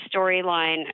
storyline